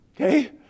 Okay